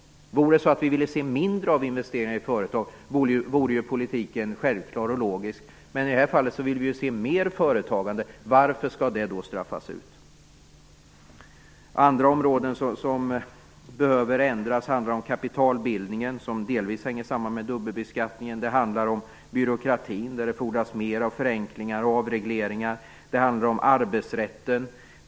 Vore det så att vi ville se mindre av investeringar i företagen skulle den politiken vara självklar och logisk. Men i det här fallet vill vi ju se mer av företagande. Varför skall då detta straffas ut? Andra områden där det behöver ändras gäller kapitalbildningen, som delvis hänger samman med dubbelbeskattningen, och byråkratin. Där fordras det mer av förenklingar och avregleringar. Dessutom handlar det om arbetsrätten.